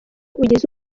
ugize